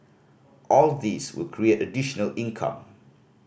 all these will create additional income